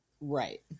right